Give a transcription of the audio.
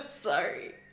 Sorry